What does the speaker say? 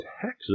Texas